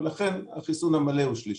ולכן החיסון המלא הוא עם שלישי.